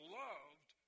loved